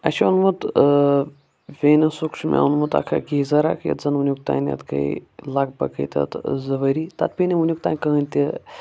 اَسہِ چُھ اوٚنمُت ویٖنَسُک چُھ مےٚ اوٚنمُت اَکھا گیٖزَر اَکھ یَتھ زَن وُنیُٚک تانٮ۪تھ گٔیہِ لگ بگ گٔیہِ تَتھ زٕ ؤری تَتھ پیٚیہِ نہٕ وُنیُٚک تانۍ کٕہٲنۍ تہِ